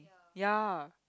ya